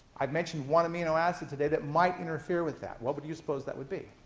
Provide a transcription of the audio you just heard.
i've mentioned one amino acid today that might interfere with that. what would you suppose that would be?